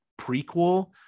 prequel